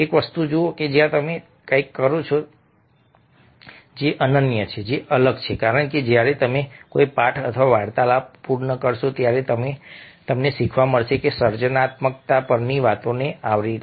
એક વસ્તુ જુઓ કે જ્યારે તમે કંઈક કરો છો જે અનન્ય છે જે અલગ છે કારણ કે જ્યારે તમે પાઠ અથવા વાર્તાલાપ પૂર્ણ કરશો ત્યારે તમને શીખવા મળશે સર્જનાત્મકતા પરની વાતોને આવરી લો